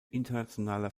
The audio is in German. internationaler